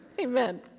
Amen